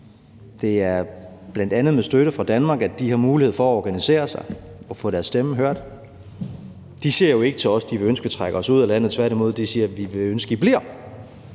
det er bl.a. med støtte fra Danmark, de har mulighed for at organisere sig og få deres stemme hørt. De siger jo ikke til os, at de ville ønske, at vi trak os ud af landet. Tværtimod siger de, at de ville ønske, vi bliver.